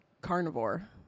carnivore